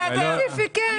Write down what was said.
במקרה הספציפי הזה כן.